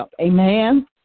Amen